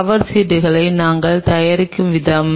cover சீட்டுகளை நாங்கள் தயாரிக்கும் விதம்